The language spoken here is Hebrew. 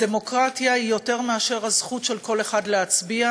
ודמוקרטיה היא יותר מאשר הזכות של כל אחד להצביע,